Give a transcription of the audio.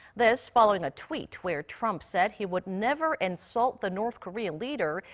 this following a tweet. where trump said he would never insult the north korean leader.